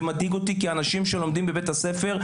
זה מדאיג אותי כי אנשים שלומדים בבית הספר,